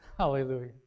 Hallelujah